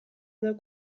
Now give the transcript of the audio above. edo